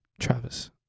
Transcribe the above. Travis